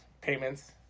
payments